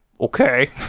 okay